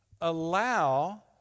allow